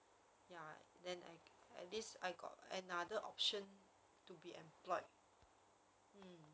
ya then at at least I got another option to be employed mm